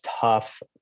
tough